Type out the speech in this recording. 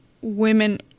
women